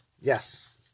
Yes